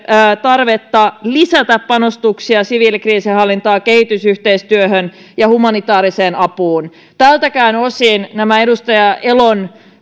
tarvetta lisätä panostuksia siviilikriisinhallintaan kehitysyhteistyöhön ja humanitääriseen apuun tältäkään osin nämä edustaja elon